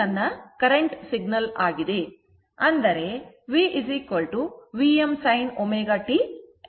ಅಂದರೆ vVm sin ω t ಆಗಿದೆ